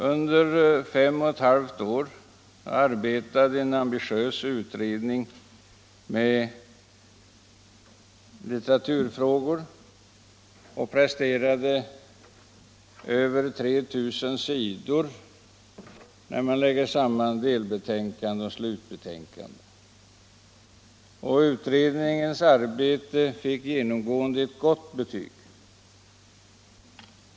Under fem och ett halvt år arbetade en ambitiös utredning med litteraturfrågor och presterade över 3 000 sidor när man lägger samman delbetänkanden och slutbetänkande. Utredningens arbete fick genomgående ett gott betyg.